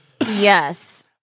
yes